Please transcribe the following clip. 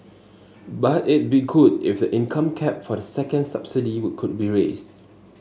but it be good if the income cap for the second subsidy would could be raised